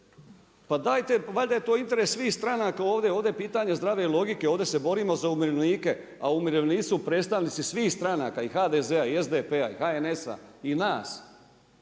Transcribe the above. pa dajte, valjda je to interes svih stranaka ovdje, ovdje pitanje zdrave logike, ovdje se borimo za umirovljenike, a umirovljenici su predstavnici svih stranaka i HDZ-a i SDP-a i HNS-a i nas,